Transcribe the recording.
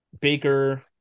Baker